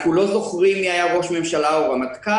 אנחנו לא זוכרים מי היה ראש הממשלה או הרמטכ"ל,